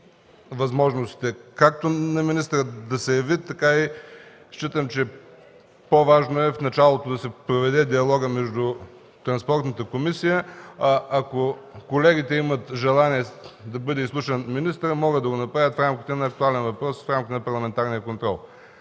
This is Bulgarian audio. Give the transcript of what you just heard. възможностите както на министъра да се яви, така и считам, че по-важно е в началото да се проведе диалогът в Транспортната комисия. Ако колегите имат желание да бъде изслушан министърът, могат да го направят в актуален въпрос, в рамките на Парламентарен контрол.